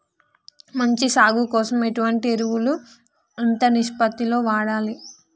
మంచి సాగు కోసం ఎటువంటి ఎరువులు ఎంత నిష్పత్తి లో వాడాలి?